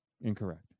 Incorrect